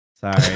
Sorry